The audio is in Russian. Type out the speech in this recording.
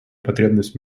потребность